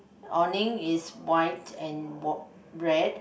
awning is white and red